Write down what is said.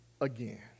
again